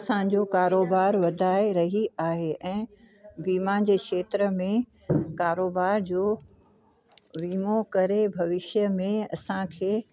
असांजो कारोबारु वधाए रही आहे ऐं बीमा जे खेत्र में कारोबार जो वीमो करे भविष्य में असांखे